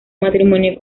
matrimonio